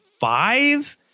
five